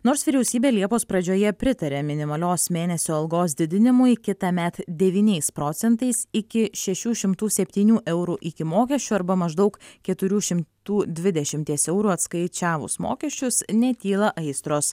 nors vyriausybė liepos pradžioje pritarė minimalios mėnesio algos didinimui kitąmet devyniais procentais iki šešių šimtų septynių eurų iki mokesčių arba maždaug keturių šimtų dvidešimties eurų atskaičiavus mokesčius netyla aistros